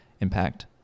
impact